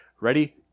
Ready